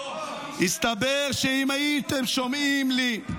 הסתבר שאם הייתם שומעים לי,